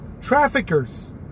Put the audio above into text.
traffickers